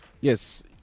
Yes